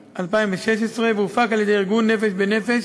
בפברואר 2016 והופק על-ידי ארגון "נפש בנפש"